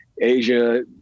Asia